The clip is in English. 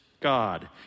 God